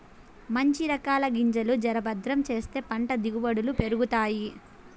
మంచి రకాల గింజలు జర భద్రం చేస్తే పంట దిగుబడులు పెరుగుతాయి